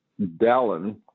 Dallin